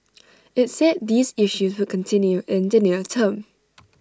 IT said these issues would continue in the near term